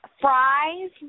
fries –